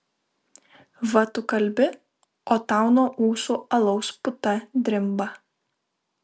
va tu kalbi o tau nuo ūsų alaus puta drimba